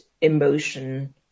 emotion